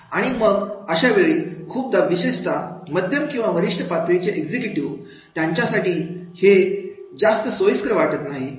आणि मग अशावेळी खूपदा विशेषता मध्यम किंवा वरिष्ठ पातळीचे एक्झिक्यूटिव्ह त्यांच्यासाठी हे जास्त सोयीस्कर वाटत नाही